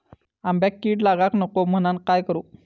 आंब्यक कीड लागाक नको म्हनान काय करू?